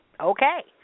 Okay